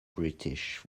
british